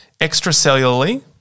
extracellularly